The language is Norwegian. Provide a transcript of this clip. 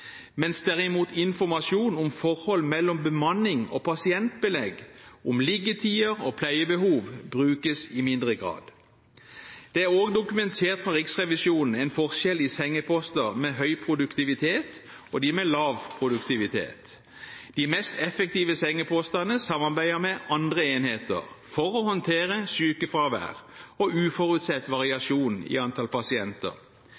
Informasjon om forhold mellom bemanning og pasientbelegg, om liggetider og pleiebehov, brukes derimot i mindre grad. Det er også dokumentert fra Riksrevisjonen en forskjell i sengeposter med høy produktivitet og de med lav produktivitet. De mest effektive sengepostene samarbeider med andre enheter for å håndtere sykefravær og uforutsett